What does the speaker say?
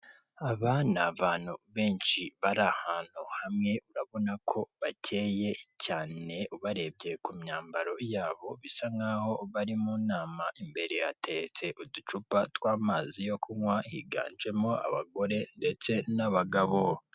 Aba ni bantu benshi bari ahantu hamwe, urabona ko bacyeye cyane ubarebye ku myambaro yabo, bisa nk'aho bari mu nama imbere hateretse uducupa tw'amazi yo kunywa higanjemo abagore ndetse n'abagabo.